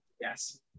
Yes